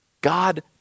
God